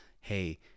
hey